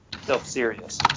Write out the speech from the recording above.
self-serious